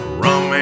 rum